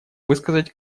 высказать